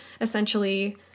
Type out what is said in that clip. Essentially-